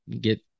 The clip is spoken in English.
get